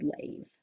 leave